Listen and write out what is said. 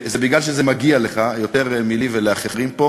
זה בגלל שזה מגיע לך יותר מלי ולאחרים פה.